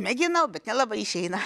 mėginau bet nelabai išeina